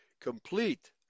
complete